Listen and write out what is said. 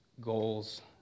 goals